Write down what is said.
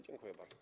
Dziękuję bardzo.